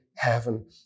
heaven